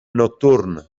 nocturn